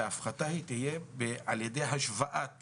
תהיה על-ידי השוואת